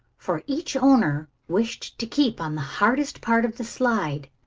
for each owner wished to keep on the hardest part of the slide.